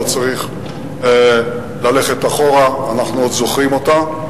לא צריך ללכת אחורה, אנחנו עוד זוכרים אותה.